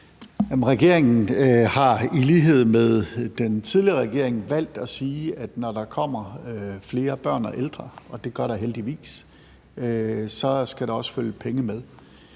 Regeringen har i lighed med den tidligere regering valgt at sige, at når der kommer flere børn og ældre – og det gør der heldigvis – skal der også følge penge med.